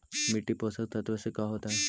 मिट्टी पोषक तत्त्व से का होता है?